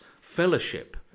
fellowship